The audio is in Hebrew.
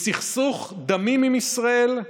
מסכסוך דמים עם ישראל,